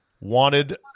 Wanted